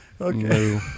Okay